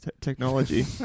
technology